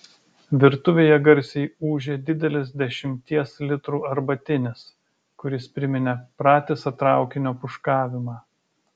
virtuvėje garsiai ūžė didelis dešimties litrų arbatinis kuris priminė pratisą traukinio pūškavimą